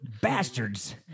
Bastards